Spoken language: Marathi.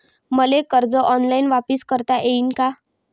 मले कर्ज ऑनलाईन वापिस करता येईन का?